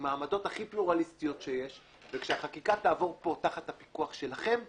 עם העמדות הכי פלורליסטיות שיש וכשהחקיקה תעבור פה תחת הפיקוח שלכם,